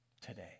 today